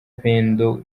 pendo